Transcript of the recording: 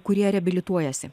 kurie reabilituojasi